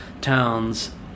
towns